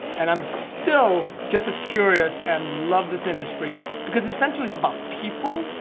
and i'm still just as curious and love this industry because essentially it's about people,